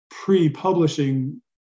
pre-publishing